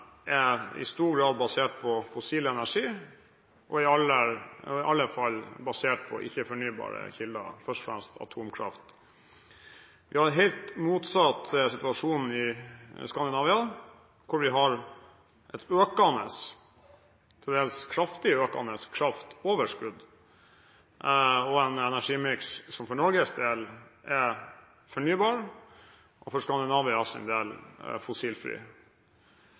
i stor grad er basert på fossile energikilder og i alle fall på ikke-fornybare kilder, først og fremst atomkraft. Vi har en helt motsatt situasjon i Skandinavia, hvor vi har et økende – til dels kraftig økende – kraftoverskudd og en energimiks som for Norges del er fornybar og for Skandinavias del fossilfri.